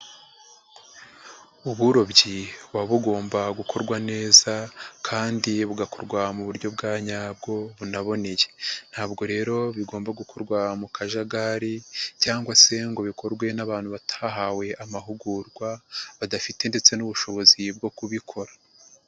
Uburobyi buba bugomba gukorwa neza kandi bugakorwa mu buryo bwa nyabwo bunaboneye, ntabwo rero bigomba gukorwa mu kajagari cyangwa se ngo bikorwe n'abantu batahawe amahugurwa badafite ndetse n'ubushobozi bwo kubikora.